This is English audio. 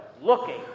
looking